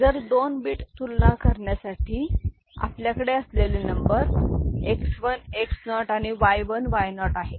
तर दोन बीट तुलना करण्यासाठी आपल्याकडे असलेले नंबर X 1 X0 आणि Y 1 Y0 आहेत